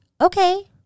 Okay